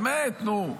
באמת, נו.